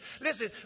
listen